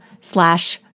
slash